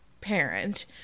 parent